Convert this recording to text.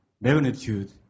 magnitude